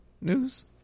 News